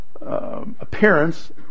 appearance